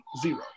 Zero